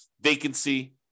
vacancy